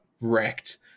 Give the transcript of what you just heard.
wrecked